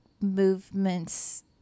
movements